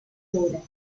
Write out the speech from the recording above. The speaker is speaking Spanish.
horas